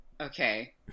Okay